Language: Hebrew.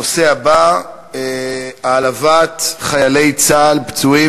הנושא הבא: העלבת חיילי צה"ל פצועים